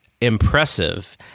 impressive